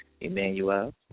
Emmanuel